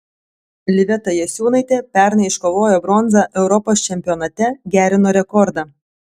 liveta jasiūnaitė pernai iškovojo bronzą europos čempionate gerino rekordą